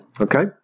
Okay